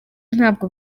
ntabwo